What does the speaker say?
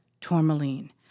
tourmaline